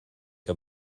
que